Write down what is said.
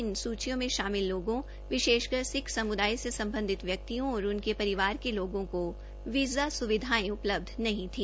इन सूचियों मे शामिल लोगों विशेषकर सिक्ख समुदाय से स्म्बंधित व्यक्तियों और उनके परिवार के लोगों को वीज़ा सुविधायें उपलब्ध नहीं थी